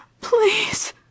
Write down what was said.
please